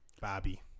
Bobby